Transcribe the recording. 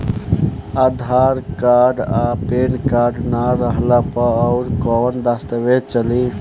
आधार card आ pan card ना रहला पर अउरकवन दस्तावेज चली?